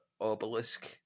obelisk